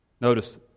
Notice